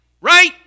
Right